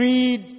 Read